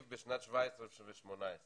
בשנת 17' ו-18'